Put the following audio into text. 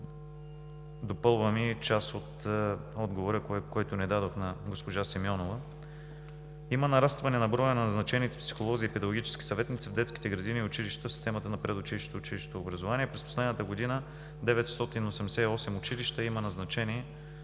допълваме и част от отговора, който не дадох на госпожа Симеонова. Има нарастване на броя на назначените психолози и педагогически съветници в детските градини и училища в системата на предучилищното и училищното образование. През последната година в 988 училища има назначени